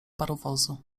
parowozu